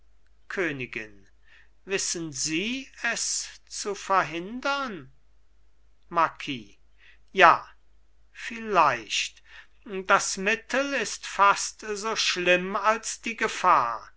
königin wissen sie es zu verhindern marquis ja vielleicht das mittel ist fast so schlimm als die gefahr